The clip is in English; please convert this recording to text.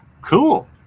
cool